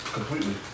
Completely